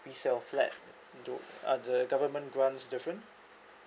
resale flat do are the government grants different